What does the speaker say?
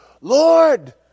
Lord